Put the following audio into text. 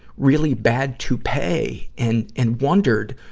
really bad toupee. and, and wondered